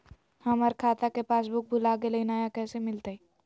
हमर खाता के पासबुक भुला गेलई, नया कैसे मिलतई?